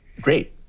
Great